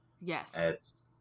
Yes